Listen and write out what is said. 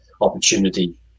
opportunity